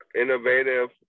innovative